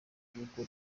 by’uko